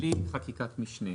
בלי חקיקת משנה.